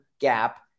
gap